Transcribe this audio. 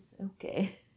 okay